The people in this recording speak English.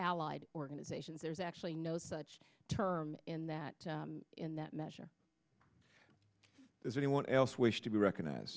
allied organizations there's actually no such term in that in that measure is anyone else wish to be recognized